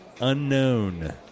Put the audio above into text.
Unknown